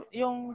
yung